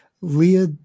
Leah